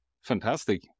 Fantastic